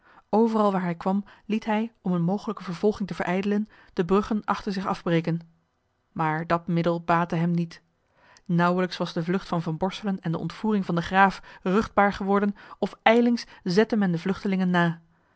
overal waar hij kwam liet hij om eene mogelijke vervolging te verijdelen de bruggen achter zich af breken maar dat middel baatte hem niet nauwelijks was de vlucht van van borselen en de ontvoering van den graaf ruchtbaar geworden of ijlings zette men de vluchtelingen na